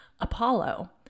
Apollo